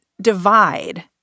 divide